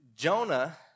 Jonah